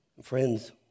Friends